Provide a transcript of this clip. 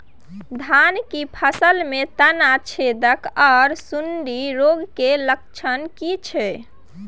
धान की फसल में तना छेदक आर सुंडी रोग के लक्षण की छै?